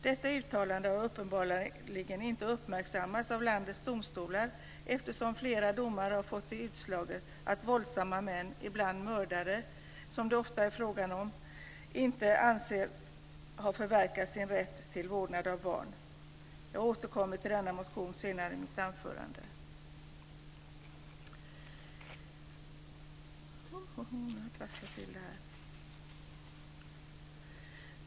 Detta uttalande har uppenbarligen inte uppmärksammats av landets domstolar eftersom flera domar har fått utslaget att våldsamma män - ibland mördare - som det ofta är fråga om, inte ansetts ha förverkat sin rätt till vårdnad av barn. Jag återkommer senare i mitt anförande till denna motion.